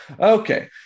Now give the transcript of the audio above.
okay